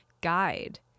guide